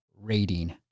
rating